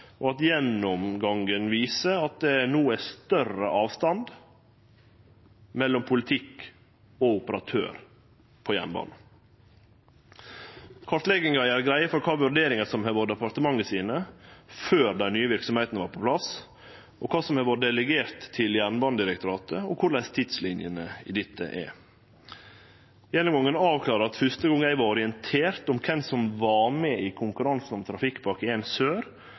og at gjennomgangen viser at det no er større avstand mellom politikk og operatør på jernbanen. Kartlegginga gjer greie for kva vurderingar som har vore departementet sine, før dei nye verksemdene var på plass, og kva som har vore delegert til Jernbanedirektoratet, og korleis tidslinjene i dette er. Gjennomgangen avklarer at første gong eg vart orientert om kven som var med i konkurransen om Trafikkpakke l Sør,